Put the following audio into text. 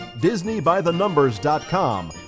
DisneyByTheNumbers.com